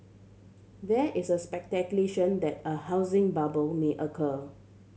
there is a that a housing bubble may occur